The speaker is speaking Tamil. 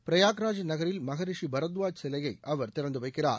பிரயாக்ராஜ் நகரில் மகரிஷி பரத்வாஜ் சிலையை அவர் திறந்து வைக்கிறார்